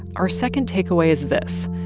our second takeaway is this.